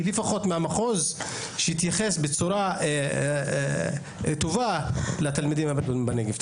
היא שלפחות המחוז יתייחס בצורה טובה יותר לתלמידים הבדואים בנגב.